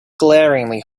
glaringly